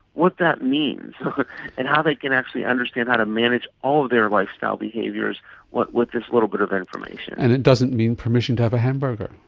what that means and how they can actually understand how to manage all of their lifestyle behaviours with this little bit of information. and it doesn't mean permission to have a hamburger.